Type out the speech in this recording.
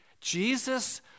Jesus